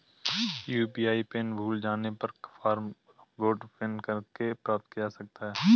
UPI pin भूल जाने पर फ़ॉरगोट पिन करके प्राप्त किया जा सकता है